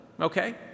Okay